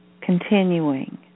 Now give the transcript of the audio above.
continuing